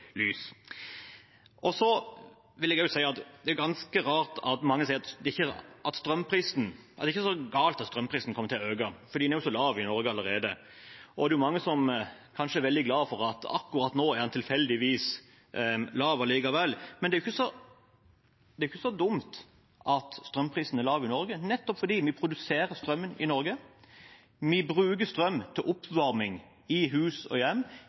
lys. Og så vil jeg si at det er ganske rart at mange sier at det ikke er så galt at strømprisen kommer til å øke, fordi den er så lav i Norge allerede. Det er mange som kanskje er veldig glad for at den akkurat nå tilfeldigvis er lav. Men det er ikke så dumt at strømprisen er lav i Norge, nettopp fordi vi produserer strømmen i Norge. Vi bruker strøm til oppvarming i hus og hjem,